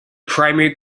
primary